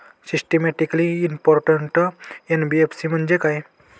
Systematically important NBFC म्हणजे काय?